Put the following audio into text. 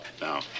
Now